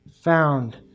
found